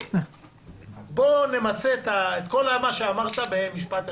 בוא נמצה את כל מה שאמרת במשפט אחד.